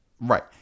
Right